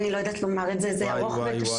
אני לא יודעת לומר את זה, זה ארוך וקשה.